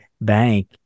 bank